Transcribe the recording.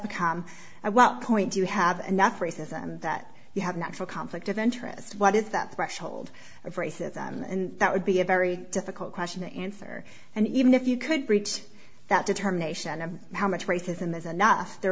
become a well coined you have enough racism that you have an actual conflict of interest what is that threshold of racism and that would be a very difficult question to answer and even if you could reach that determination of how much racism is enough there